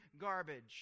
garbage